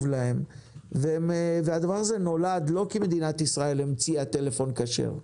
להם והדבר הזה נולד לא כי מדינת ישראל המציאה טלפון כשר.